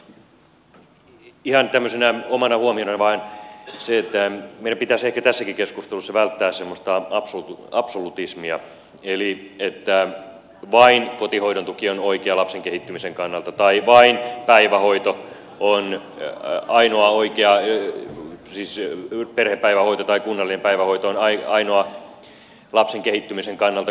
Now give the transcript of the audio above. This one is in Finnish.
ihan tämmöisenä omana huomionaan vain se että meidän pitäisi ehkä tässäkin keskustelussa välttää semmoista absolutismia eli että vain kotihoidon tuki on oikea lapsen kehittymisen kannalta tai vain päivähoito on ainoa oikea siis perhepäivähoito tai kunnallinen päivähoito lapsen kehittymisen kannalta